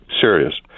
serious